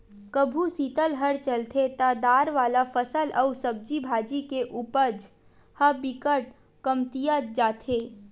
कभू सीतलहर चलथे त दार वाला फसल अउ सब्जी भाजी के उपज ह बिकट कमतिया जाथे